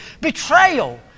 Betrayal